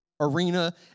arena